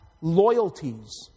loyalties